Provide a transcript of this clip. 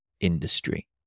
industry